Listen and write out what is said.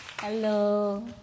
Hello